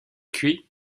cuit